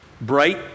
bright